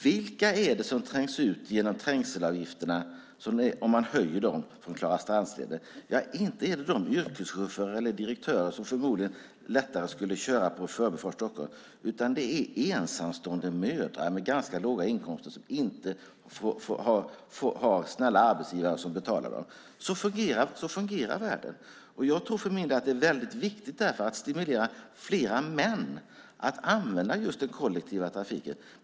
Vilka är det som trängs ut från Klarastrandsleden om man höjer trängselavgifterna? Inte är det de yrkeschaufförer eller direktörer som förmodligen lättare skulle köra på Förbifart Stockholm. Det är ensamstående mödrar med ganska låga inkomster, som inte har snälla arbetsgivare som betalar. Så fungerar världen. Jag tror för min del att det därför är väldigt viktigt att stimulera fler män att använda den kollektiva trafiken.